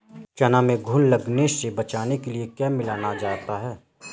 चना में घुन लगने से बचाने के लिए क्या मिलाया जाता है?